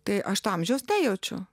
tai aš to amžiaus nejaučiu